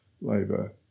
Labour